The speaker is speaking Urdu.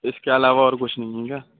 اس کے علاوہ اور کچھ نہیں ہے کیا